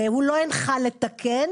הוא לא הנחה לתקן.